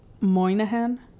Moynihan